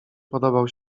podobał